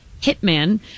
hitman